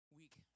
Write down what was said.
week